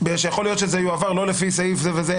בגלל שיכול להיות שזה יועבר לא לפי סעיף זה וזה,